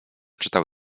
czytał